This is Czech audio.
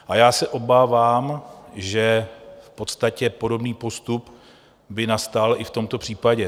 A já se obávám, že v podstatě podobný postup by nastal i v tomto případě.